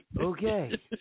Okay